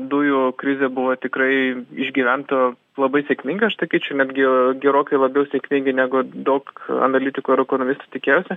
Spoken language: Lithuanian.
dujų krizė buvo tikrai išgyventa labai sėkmingai aš sakyčiau netgi gerokai labiau sėkmingai negu daug analitikų ir ekonomistų tikėjosi